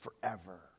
forever